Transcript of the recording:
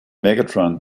megatron